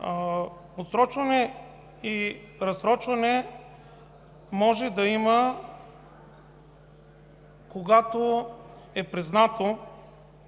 отсрочване и разсрочване може да има, когато е признато